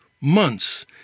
months